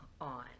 on